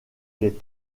les